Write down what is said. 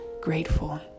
grateful